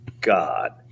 God